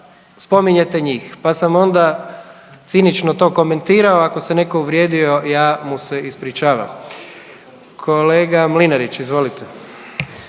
spominjete njih, pa sam onda cinično to komentirao. Ako se netko uvrijedio ja mu se ispričavam. Kolega Mlinarić izvolite.